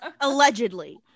Allegedly